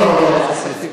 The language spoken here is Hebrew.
לא, לא, לא, אל תגזים.